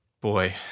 Boy